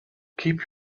keep